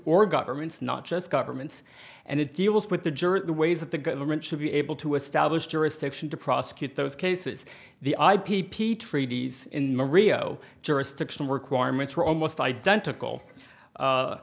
or governments not just governments and it deals with the jury ways that the government should be able to establish jurisdiction to prosecute those cases the i p p treaties in the rio jurisdiction requirements are almost identical